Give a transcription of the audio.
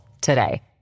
today